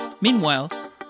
Meanwhile